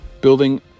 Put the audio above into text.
building